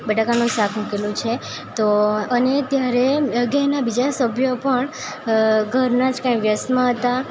બટાકાનું શાક મૂકેલું છે તો અને ત્યારે ઘરના બીજા સભ્યો પણ ઘરનાં જ કોઈ વ્યસ્તમાં હતા